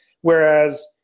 Whereas